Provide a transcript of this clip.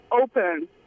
open